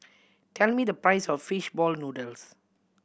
tell me the price of fish ball noodles